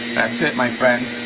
that's it my friends,